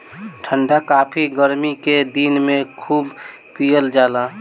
ठंडा काफी गरमी के दिन में खूब पियल जाला